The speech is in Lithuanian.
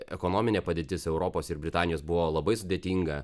ekonominė padėtis europos ir britanijos buvo labai sudėtinga